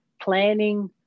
planning